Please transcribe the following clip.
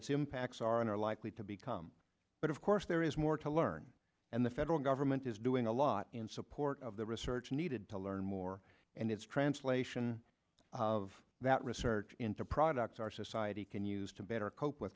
its impacts are likely to become but of course there is more to learn and the federal government is doing a lot in support of the research needed to learn more and its translation of that research into products our society can use to better cope with